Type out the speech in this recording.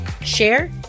share